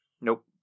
Nope